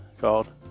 called